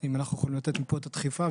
אם אנחנו יכולים לתת מפה את הדחיפה.